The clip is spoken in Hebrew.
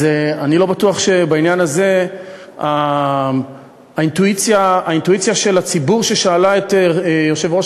אז אני לא בטוח שבעניין הזה האינטואיציה של הציבור ששאל את יושב-ראש